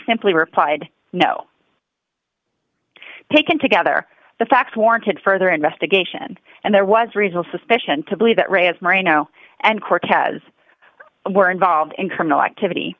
simply replied no taken together the facts warranted further investigation and there was regional suspicion to believe that ray as marino and cortez were involved in criminal activity